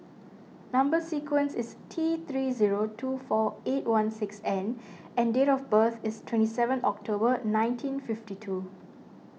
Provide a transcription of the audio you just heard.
Number Sequence is T three zero two four eight one six N and date of birth is twenty seven October nineteen fifty two